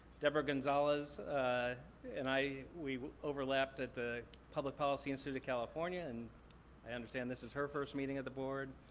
deborah gonzalez ah and i, we overlapped at the public policy institute of california, and i understand this is her first meeting of the board.